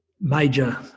major